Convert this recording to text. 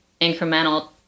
incremental